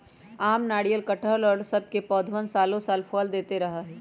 आम, नारियल, कटहल और सब के पौधवन सालो साल फल देते रहा हई